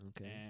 Okay